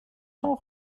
son